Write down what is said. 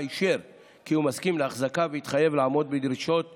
אישר כי הוא מסכים להחזקה והתחייב לעמוד בדרישות שנקבעו.